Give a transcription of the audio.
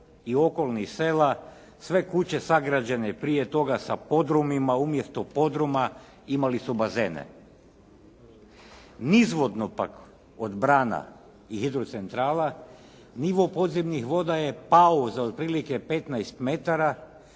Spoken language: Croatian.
i okolnih sela, sve kuće sagrađene prije toga sa podrumima, umjesto podruma imali su bazene. Nizvodno pak od brana i hidrocentrala nivo podzemnih voda je pao za otprilike 15 metara